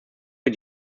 für